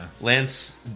Lance